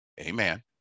amen